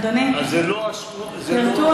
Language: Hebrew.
אדוני, פירטו היום, זו לא התוכנית הלאומית.